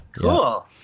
Cool